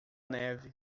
neve